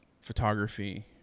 photography